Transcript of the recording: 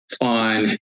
on